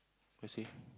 quite safe